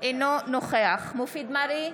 אינו נוכח מופיד מרעי,